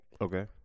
Okay